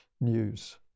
news